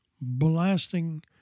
blasting